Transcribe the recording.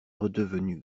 redevenu